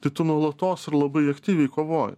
tai tu nuolatos ir labai aktyviai kovoji